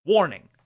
Warning